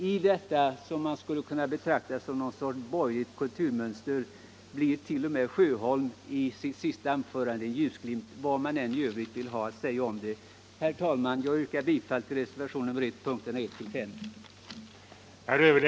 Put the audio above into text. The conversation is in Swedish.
I detta agerande, som man skulle kunna betrakta som någon sorts borgerligt kulturmörker, blir t.o.m. herr Sjöholms senaste anförande en ljusglimt, vad man än i övrigt vill säga om det. Herr talman! Jag yrkar bifall till reservationen 1, punkterna 1-5.